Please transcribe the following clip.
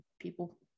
people